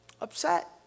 upset